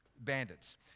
bandits